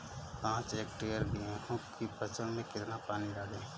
पाँच हेक्टेयर गेहूँ की फसल में कितना पानी डालें?